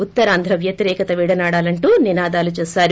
ఉత్తరాంధ్ర వ్యతిరేకత విడనాడాలంటూ నినాదాలు చేశారు